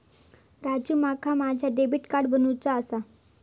राजू, माका माझा debit card बनवूचा हा